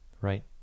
right